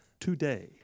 Today